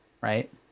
right